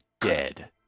dead